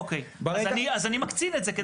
אוקי, אז אני מקצין את זה.